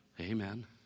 Amen